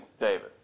David